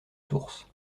source